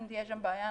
אם תהיה שם בעיה,